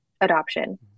adoption